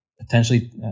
potentially